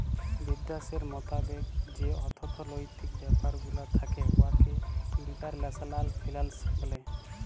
বিদ্যাশের মতাবেক যে অথ্থলৈতিক ব্যাপার গুলা থ্যাকে উয়াকে ইল্টারল্যাশলাল ফিল্যাল্স ব্যলে